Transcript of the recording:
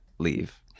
leave